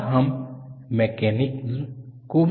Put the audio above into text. और हम मैकेनिज्म को भी देखेंगे